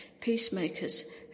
peacemakers